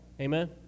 Amen